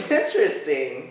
interesting